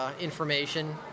information